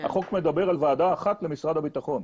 החוק מדבר על ועדה אחת למשרד הביטחון,